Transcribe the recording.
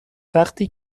وقتی